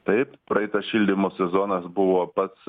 taip praeitą šildymo sezonas buvo pats